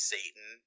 Satan